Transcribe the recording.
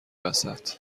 وسط